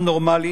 עם נורמלי